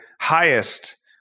highest